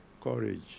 courage